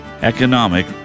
economic